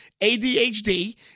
ADHD